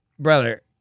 brother